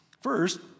First